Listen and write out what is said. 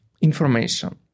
information